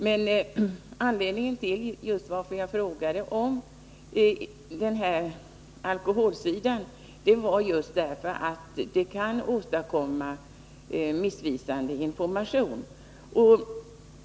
Men anledningen till att jag frågade om just den här alkoholdelen var att den kan utgöra missvisande information.